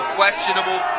questionable